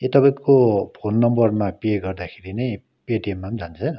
ए तपाईँको फोन नम्बरमा पे गर्दाखेरि नै पेटिएममा पनि जान्छ